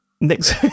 Next